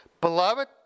Beloved